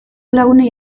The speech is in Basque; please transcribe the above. lagunei